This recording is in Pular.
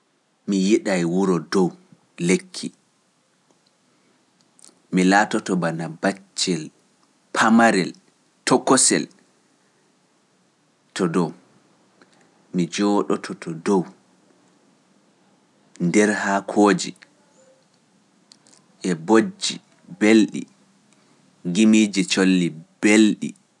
Mi yiɗaay wuro dow lekki, mi laatoto bana baccel pamarel tokosel to dow, mi jooɗoto to dow nder haakooji e bojji belɗi, gimiiji colli belɗi.